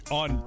on